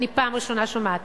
אני פעם ראשונה שומעת.